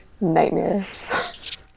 Nightmares